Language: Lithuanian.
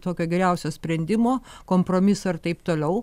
tokio geriausio sprendimo kompromiso ir taip toliau